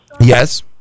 Yes